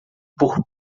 por